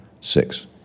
six